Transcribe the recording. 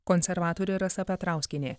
konservatorė rasa petrauskienė